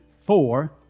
Four